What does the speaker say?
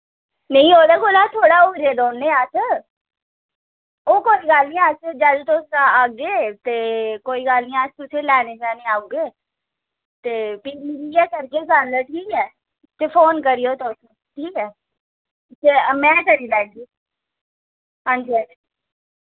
नेईं ओह्दे कोला थोह्ड़े औरें रौह्ने अस ओह् कोई गल्ल निं जैलूं तुस आह्गे ते कोई गल्ल निं अस तुसेंगी लैने गी औगे भी मिलियै करगे गल्ल ठीक ऐ ते फोन करेओ तुस ठीक ऐ ते में करी लैगी अंजी अंजी